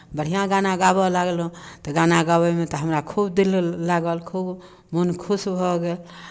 बढ़िआँ गाना गाबय लगलहुँ तऽ गाना गाबयमे तऽ हमरा खूब दिल लागल खूब मोन खुश भऽ गेल